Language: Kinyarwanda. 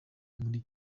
muri